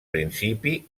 principi